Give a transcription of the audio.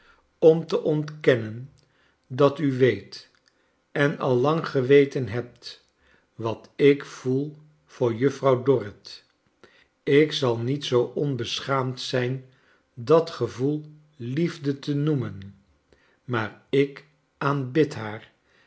om te ontkennen dat n weet en al lang geweten hebt wat ik voel voor juffrouw dorrit ik zal niet zoo onbeschaamd zijn dat gevoel liefde te noemen maar ik aanbid haar